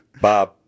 Bob